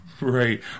right